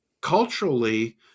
culturally